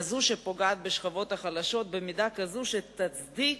כזו שפוגעת בשכבות החלשות במידה כזאת שתצדיק